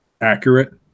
accurate